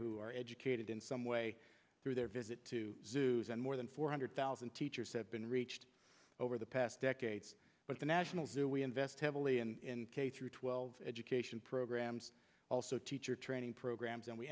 who are educated in some way through their visit to zoos and more than four hundred thousand teachers have been reached over the past decades but the national zoo we invest heavily in k twelve education programs also teacher training programs and we